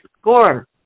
score